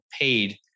paid